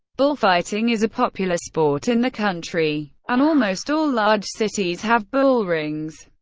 bullfighting is a popular sport in the country, and almost all large cities have bullrings.